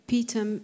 Peter